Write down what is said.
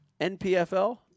NPFL